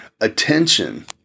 attention